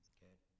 Okay